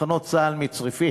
את מחנות צה"ל מצריפין,